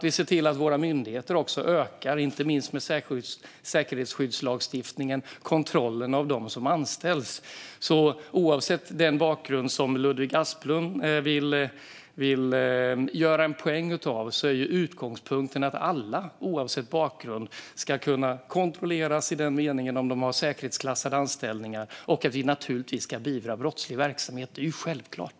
Vi ser också till, inte minst genom säkerhetsskyddslagstiftningen, att våra myndigheter ökar kontrollen av dem som anställs. Oavsett den bakgrund Ludvig Aspling vill göra en poäng av är utgångspunkten att alla ska kunna kontrolleras om de har säkerhetsklassade anställningar och att vi givetvis ska beivra brottslig verksamhet. Det är självklart!